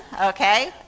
okay